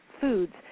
foods